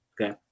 Okay